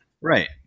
Right